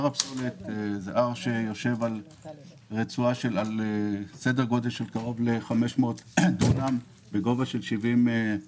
הר הפסולת יושב על סדר גודל של קרוב ל-500 דונם בגובה 70 מטר.